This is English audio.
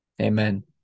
amen